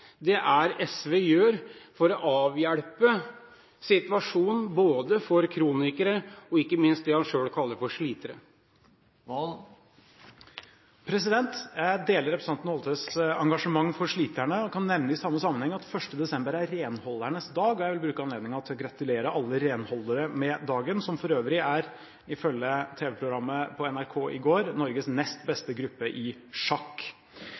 det er SV gjør for å avhjelpe situasjonen både for kronikere og ikke minst for dem han selv kaller for slitere. Jeg deler representanten Holthes engasjement for sliterne og kan nevne i samme sammenheng at 1. desember er renholdernes dag. Jeg vil bruke anledningen til å gratulere alle renholdere med dagen, en gruppe som for øvrig ifølge tv-programmet på NRK i går er Norges nest beste gruppe i sjakk.